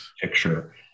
picture